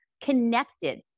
connected